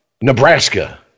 Nebraska